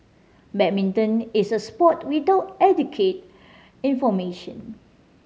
badminton is a sport without adequate information